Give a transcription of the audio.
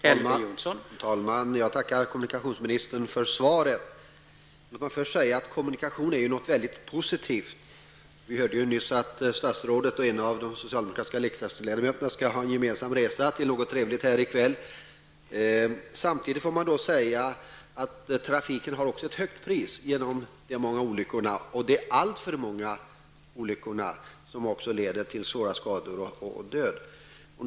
Herr talman! Jag tackar kommunikationsministern för svaret. Låt mig först säga att kommunikation är något mycket positivt. Vi hörde nyss att statsrådet och en av de socialdemokratiska riksdagsledamöterna kommer att göra en gemensam resa till något trevligt i kväll. Samtidigt måste man säga att trafiken också har ett högt pris genom de alltför många olyckor som leder till svåra skador och död.